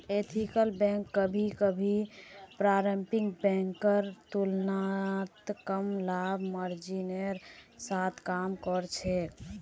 ethical bank कभी कभी पारंपरिक बैंकेर तुलनात कम लाभ मार्जिनेर साथ काम कर छेक